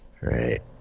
Right